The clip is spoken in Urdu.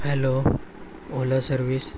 hello Ola service